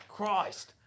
Christ